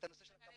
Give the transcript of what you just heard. שלא בוצעו?